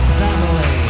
family